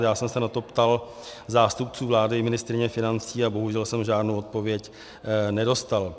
Já jsem se na to ptal zástupců vlády i ministryně financí a bohužel jsem žádnou odpověď nedostal.